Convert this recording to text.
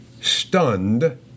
stunned